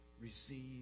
receive